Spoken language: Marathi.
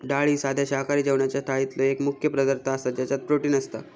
डाळ ही साध्या शाकाहारी जेवणाच्या थाळीतलो एक मुख्य पदार्थ आसा ज्याच्यात प्रोटीन असता